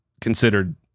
considered